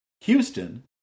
Houston